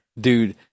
Dude